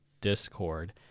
Discord